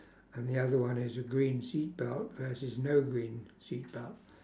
and the other one is a green seat belt versus no green seat belt